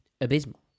abysmal